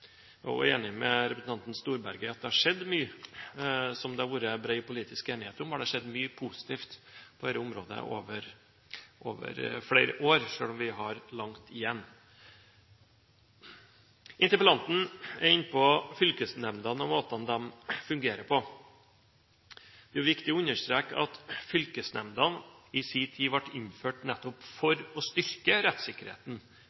har skjedd mye som det har vært bred politisk enighet om, og det har skjedd mye positivt på dette området over flere år, selv om vi har langt igjen. Interpellanten er inne på fylkesnemndene og måten de fungerer på. Det er viktig å understreke at fylkesnemndene i sin tid ble innført nettopp